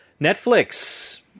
netflix